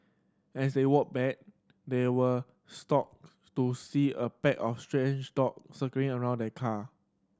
as they walked back they were shocked to see a pack of strage dog circling around the car